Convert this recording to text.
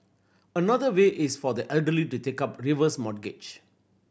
another way is for the elderly to take up reverse mortgage